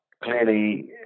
Clearly